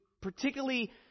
particularly